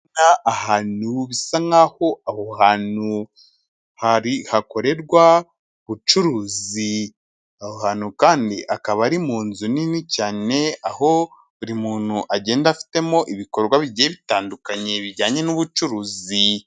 Ahantu bisa nkaho, aho hantu hakorerwa ubucuruzi, aho hantu kandi akaba ari mu nzu nini cyane, aho buri muntu agenda afitemo ibikorwa bigiye bitandukanye bijyanye n'ubucuruzi.